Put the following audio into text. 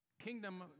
kingdom